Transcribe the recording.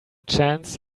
chance